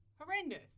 horrendous